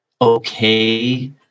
okay